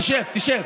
תשב, תשב.